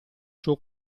suo